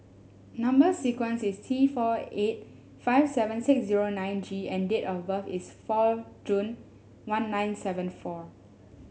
number sequence is T four eight five seven six zero nine G and date of birth is four June one nine seven four